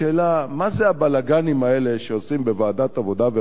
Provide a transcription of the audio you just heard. מה זה הבלגנים האלה שעושים בוועדת העבודה והרווחה,